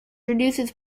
reduces